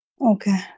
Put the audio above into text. Okay